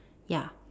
ya